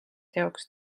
teoks